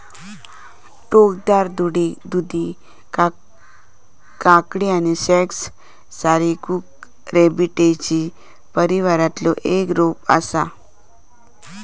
टोकदार दुधी काकडी आणि स्क्वॅश सारी कुकुरबिटेसी परिवारातला एक रोप असा